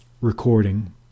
recording